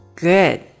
Good